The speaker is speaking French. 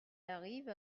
arrive